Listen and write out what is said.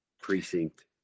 precinct